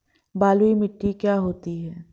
बलुइ मिट्टी क्या होती हैं?